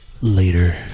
later